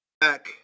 Back